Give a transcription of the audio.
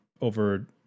over